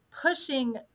pushing